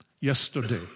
Yesterday